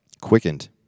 quickened